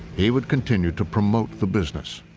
he would continue to promote the business.